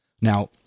Now